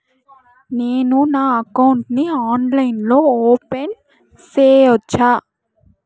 నేను నా అకౌంట్ ని ఆన్లైన్ లో ఓపెన్ సేయొచ్చా?